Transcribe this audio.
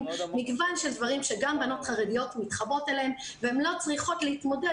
מגוון של דברים שגם בנות חרדיות מתחברות אליהם והן לא צריכות להתמודד